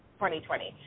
2020